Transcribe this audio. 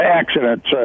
accidents